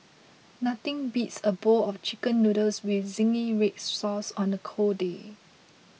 nothing beats a bowl of Chicken Noodles with Zingy Red Sauce on the cold day